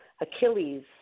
Achilles